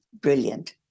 brilliant